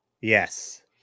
yes